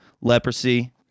leprosy